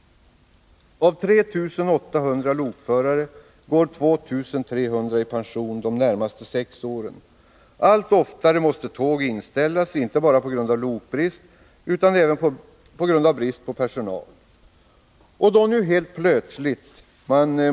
Av 3 800 lokförare går 2 300 i pension under de närmaste sex åren. Allt oftare måste tåg inställas, inte bara på grund av lokbrist utan även på grund av brist på personal.